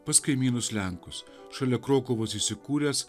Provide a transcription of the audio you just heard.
pas kaimynus lenkus šalia krokuvos įsikūręs